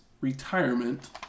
retirement